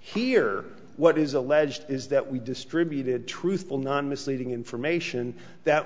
here what is alleged is that we distributed truthful non misleading information that